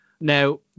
Now